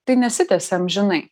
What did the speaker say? tai nesitęsia amžinai